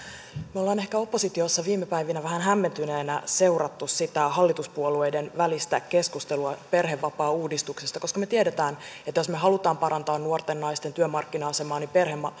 me olemme ehkä oppositiossa viime päivinä vähän hämmentyneinä seuranneet sitä hallituspuolueiden välistä keskustelua perhevapaauudistuksesta koska me tiedämme että jos me haluamme parantaa nuorten naisten työmarkkina asemaa niin